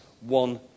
one